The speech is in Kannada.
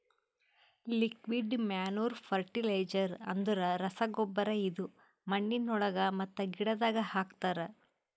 ಲಿಕ್ವಿಡ್ ಮ್ಯಾನೂರ್ ಫರ್ಟಿಲೈಜರ್ ಅಂದುರ್ ರಸಗೊಬ್ಬರ ಇದು ಮಣ್ಣಿನೊಳಗ ಮತ್ತ ಗಿಡದಾಗ್ ಹಾಕ್ತರ್